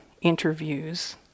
interviews